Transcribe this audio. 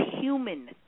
human